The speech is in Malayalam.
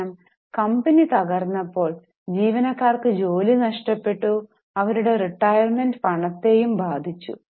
കാരണം കമ്പനി തകർന്നപ്പോൾ ജീവനക്കാർക്ക് ജോലി നഷ്ടപ്പെട്ടു അവരുടെ റിട്ടയർമെന്റ് പണത്തെയും ബാധിച്ചു